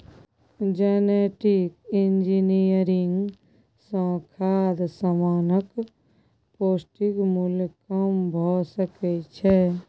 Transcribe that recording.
genetic engineering सँ खाद्य समानक पौष्टिक मुल्य कम भ सकै छै